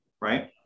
right